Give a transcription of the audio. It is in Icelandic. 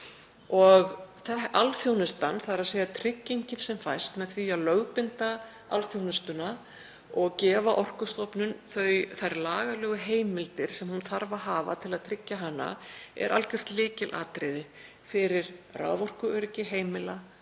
gangandi. Alþjónustan, þ.e. tryggingin sem fæst með því að lögbinda alþjónustuna og gefa Orkustofnun þær lagalegu heimildir sem hún þarf að hafa til að tryggja hana, er algjört lykilatriði fyrir raforkuöryggi heimila